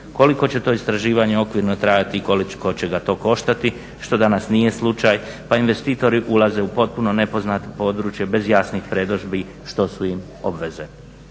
koliko će to istraživanje okvirno trajati i koliko će ga to koštati što danas nije slučaj, pa investitori ulaze u potpuno nepoznato područje bez jasnih predodžbi što su im obveze.